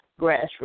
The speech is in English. grassroots